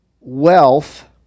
wealth